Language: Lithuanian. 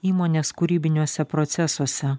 įmonės kūrybiniuose procesuose